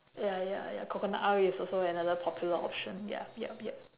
ya ya ya coconut oil is also another popular option ya yup yup